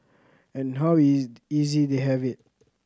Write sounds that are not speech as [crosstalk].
and how [unintelligible] easy they have it